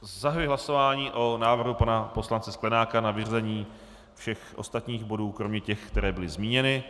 Zahajuji hlasování o návrhu pana poslance Sklenáka na vyřazení všech ostatních bodů kromě těch, které byly zmíněny.